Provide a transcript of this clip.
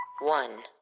One